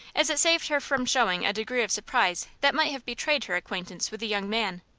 as it saved her from showing a degree of surprise that might have betrayed her acquaintance with the young man.